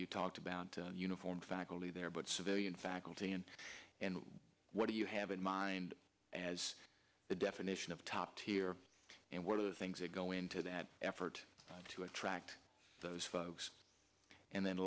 you talked about uniform faculty there but civilian faculty and and what do you have in mind as the definition of top tier and one of the things that go into that effort to attract those folks and then